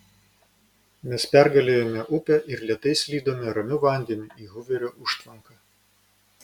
mes pergalėjome upę ir lėtai slydome ramiu vandeniu į huverio užtvanką